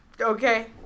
Okay